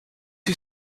who